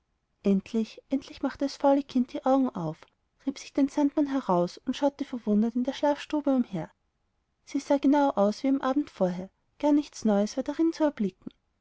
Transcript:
endlich endlich machte das faule kind die augen auf rieb sich den sandmann heraus und schaute verwundert in der schlafstube umher sie sah genau aus wie am abend vorher gar nichts neues war darin zu erblicken